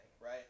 right